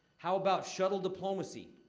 how about shuttle diplomacy,